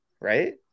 right